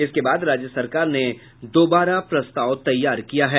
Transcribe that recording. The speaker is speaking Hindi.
इसके बाद राज्य सरकार ने दोबारा प्रस्ताव तैयार किया है